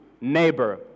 neighbor